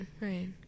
Right